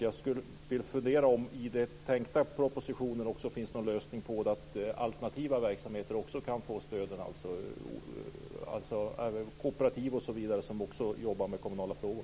Jag undrar om det i den tänkta propositionen finns en lösning innebärande att också alternativa verksamheter kan få stöd - alltså även kooperativ och andra som också jobbar med kommunala frågor.